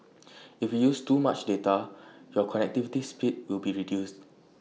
if use too much data your connectivity speed will be reduced